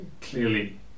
Clearly